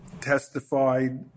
testified